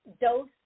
dose